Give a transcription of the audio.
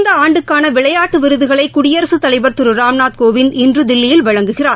இந்த ஆண்டுக்கான விளையாட்டு விருதுகளை குடியரசுத் தலைவா் திரு ராம்நாத் கோவிந்த் இன்று தில்லியில் வழங்குகிறார்